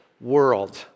world